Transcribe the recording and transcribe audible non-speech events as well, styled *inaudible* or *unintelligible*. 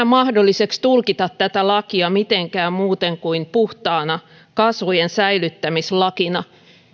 *unintelligible* mahdolliseksi tulkita tätä lakia mitenkään muuten kuin puhtaana kasvojen säilyttämislakina